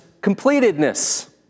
completedness